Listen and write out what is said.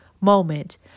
moment